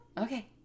Okay